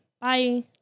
Bye